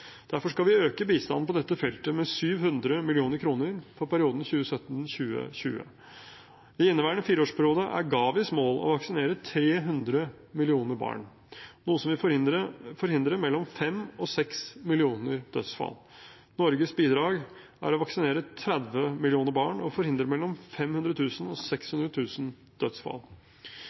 Derfor skal vi øke bistanden på dette feltet med 700 mill. kr for perioden 2017–2020. I inneværende fireårsperiode er Gavis mål å vaksinere 300 millioner barn, noe som vil forhindre mellom 5 og 6 millioner dødsfall. Norges bidrag er å vaksinere 30 millioner barn og forhindre mellom 500 000 og 600 000 dødsfall.